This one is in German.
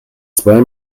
zwei